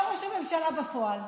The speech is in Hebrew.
ראש הממשלה בפועל.